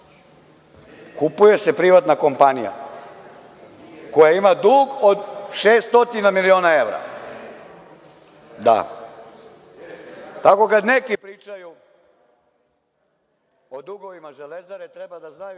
kupuje se privatna kompanija koja ima dug od 600 miliona evra. Da. Tako kad neki pričaju o dugovima „Železare“ treba da znaju